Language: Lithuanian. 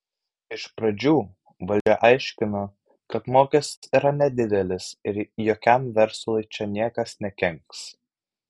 iš pradžių valdžia aiškino kad mokestis yra nedidelis ir jokiam verslui čia niekas nekenks